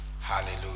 Hallelujah